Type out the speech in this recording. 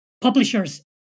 publishers